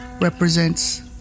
represents